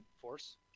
Force